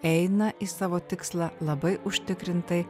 eina į savo tikslą labai užtikrintai